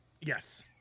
Yes